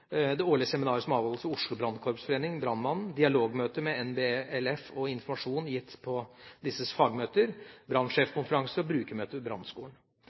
det årlige seminaret som avholdes av Oslo Brannkorpsforening/Brannmannen, dialogmøter med NBLF og informasjon gitt på deres fagmøter, brannsjefkonferanser og brukermøter ved brannskolen.